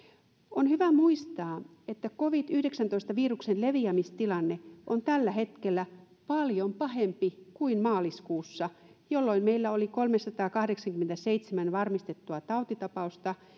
on hyvä muistaa että covid yhdeksäntoista viruksen leviämistilanne on tällä hetkellä paljon pahempi kuin maaliskuussa jolloin meillä oli kolmesataakahdeksankymmentäseitsemän varmistettua tautitapausta